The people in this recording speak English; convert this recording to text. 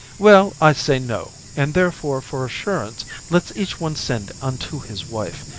well, i say no and therefore, for assurance, let's each one send unto his wife,